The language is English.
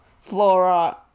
Flora